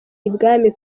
ibwami